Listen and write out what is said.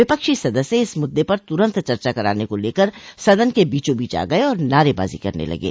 विपक्षी सदस्य इस मुद्दे पर तुरन्त चर्चा कराने को लेकर सदन के बीचोंबीच आ गए और नारे बाजी करने लगे